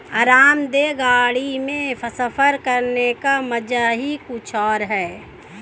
आरामदेह गाड़ी में सफर करने का मजा ही कुछ और है